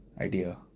idea